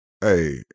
hey